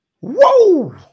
Whoa